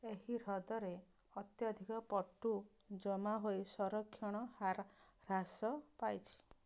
ଏହି ହ୍ରଦରେ ଅତ୍ୟଧିକ ପଟୁ ଜମାହୋଇ ସଂରକ୍ଷଣ ହାର ହ୍ରାସ ପାଇଛି